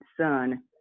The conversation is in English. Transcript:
son